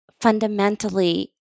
fundamentally